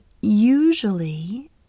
usually